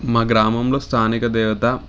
మా గ్రామంలో స్థానిక దేవత